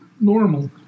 normal